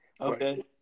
Okay